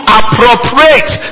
appropriate